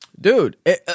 Dude